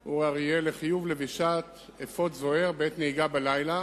לחיוב לבישת אפוד זוהר בעת נהיגה בלילה